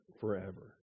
forever